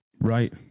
Right